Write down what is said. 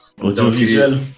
Audiovisuel